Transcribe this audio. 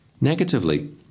Negatively